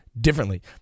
differently